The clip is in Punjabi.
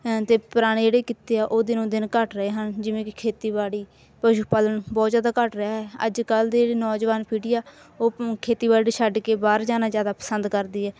ਅਤੇ ਪੁਰਾਣੇ ਜਿਹੜੇ ਕਿੱਤੇ ਆ ਉਹ ਦਿਨੋਂ ਦਿਨ ਘੱਟ ਰਹੇ ਹਨ ਜਿਵੇਂ ਕਿ ਖੇਤੀਬਾੜੀ ਪਸ਼ੂ ਪਾਲਣ ਬਹੁਤ ਜ਼ਿਆਦਾ ਘੱਟ ਰਿਹਾ ਅੱਜ ਕੱਲ ਦੇ ਜਿਹੜੇ ਨੌਜਵਾਨ ਪੀੜੀ ਆ ਉਹ ਖੇਤੀਬਾੜੀ ਛੱਡ ਕੇ ਬਾਹਰ ਜਾਣਾ ਜ਼ਿਆਦਾ ਪਸੰਦ ਕਰਦੀ ਹੈ